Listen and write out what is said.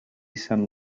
san